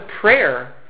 prayer